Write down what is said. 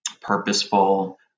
purposeful